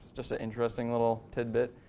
just an interesting little tidbit.